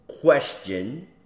question